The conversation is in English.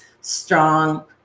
strong